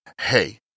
Hey